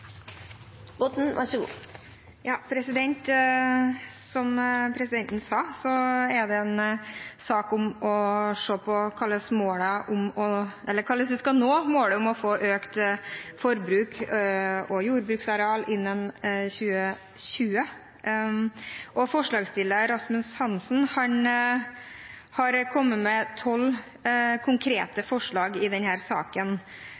en sak om å se på hvordan vi skal nå målet om å få økt økologisk forbruk og jordbruksareal innen 2020, og forslagsstilleren, Rasmus Hansson, har kommet med 12 konkrete forslag i denne saken.